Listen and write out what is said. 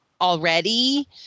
already